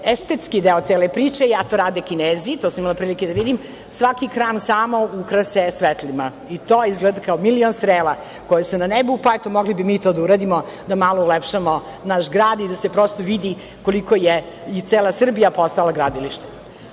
estetski deo cele priče, a to rade Kinezi, to sam imala prilike da vidim, svaki kran samo ukrase svetlima i to izgleda kao milion strela koje su na nebu, pa eto mogli bismo i mi to da uradimo, da malo ulepšamo naš grad i da se prosto vidi koliko je i cela Srbija postala gradilište. Sada